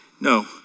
No